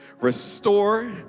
Restore